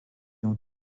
ont